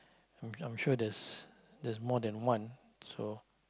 I'm I'm sure there's there's more than one so